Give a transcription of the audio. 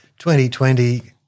2020